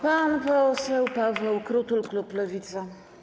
Pan poseł Paweł Krutul, klub Lewica.